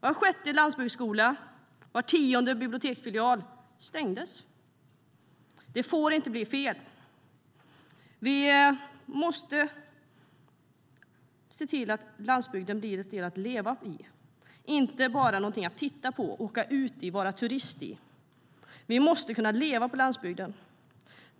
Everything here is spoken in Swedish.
Var sjätte landsbygdsskola och var tionde biblioteksfilial har stängts. Det får inte bli fel. Vi måste se till att landsbygden blir någonting att leva i och inte bara någonting att titta på, åka ut i och vara turist i. Vi måste kunna leva på landsbygden.